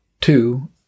Two